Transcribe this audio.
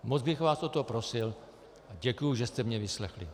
Moc bych vás o to prosil a děkuji, že jste mě vyslechli.